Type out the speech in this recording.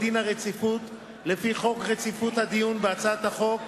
דין הרציפות לפי חוק רציפות הדיון בהצעות חוק,